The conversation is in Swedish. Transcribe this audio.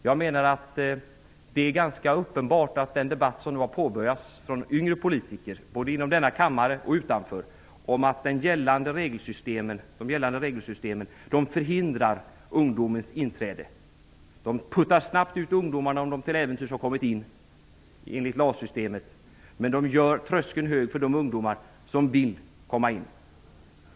Jag menar att det framstår som ganska uppenbart av den debatt som har påbörjats av yngre politiker, både inom denna kammare och utanför, att de gällande regelsystemen förhindrar ungdomens inträde. Ungdomarna puttas enligt LAS-systemet snabbt ut om de till äventyrs har kommit in på arbetsmarknaden, men reglerna gör tröskeln hög för de ungdomar som vill komma in.